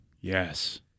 Yes